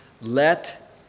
Let